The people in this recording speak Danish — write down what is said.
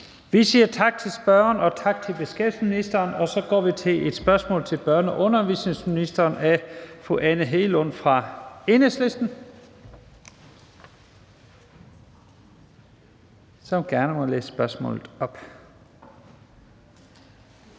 Vi siger tak til spørgeren og tak til beskæftigelsesministeren. Så går vi til et spørgsmål til børne- og undervisningsministeren af fru Anne Hegelund fra Enhedslisten.